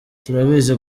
turabizi